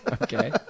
Okay